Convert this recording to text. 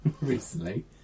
recently